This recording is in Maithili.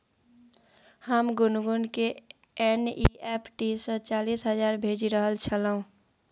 हम गुनगुनकेँ एन.ई.एफ.टी सँ चालीस हजार भेजि रहल छलहुँ